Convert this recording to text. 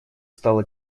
стало